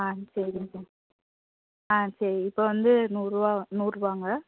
ஆ சரிங்க ஆ சரி இப்போ வந்து நூறுரூவா நூறுவாங்க